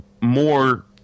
more